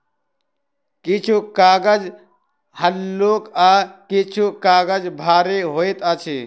किछु कागज हल्लुक आ किछु काजग भारी होइत अछि